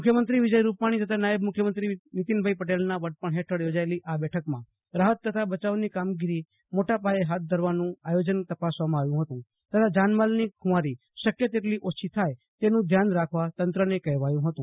મુખ્યમંત્રી વિજય રૂપાણી તથા નાયબ મુખ્યમંત્રી નિતિનભાઈ પટેલના વડપણ હેઠળ યોજાયેલી આ બેઠકમાં રાહત તથા બચાવાની કામગીરી મોટો પાયે હાથ ધરવાનું આયોજન તપાસવામાં આવ્યું હતું તથા જાનમાલની ખુવારી શક્ય તેટલી ઓછી થાય તેનું ધ્યાન રાખવા તંત્રને કહેવાયું હતું